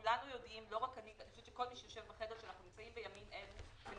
שכל מי שיושב בחדר יודע שבימים אלו אנחנו נמצאים